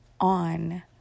on